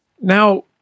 Now